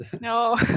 No